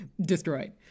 destroyed